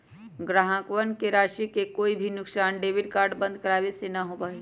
ग्राहकवन के राशि के कोई भी नुकसान डेबिट कार्ड बंद करावे से ना होबा हई